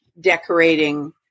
decorating